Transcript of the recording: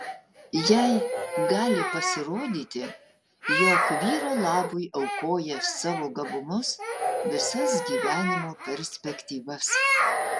jai gali pasirodyti jog vyro labui aukoja savo gabumus visas gyvenimo perspektyvas